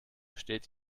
steht